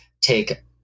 take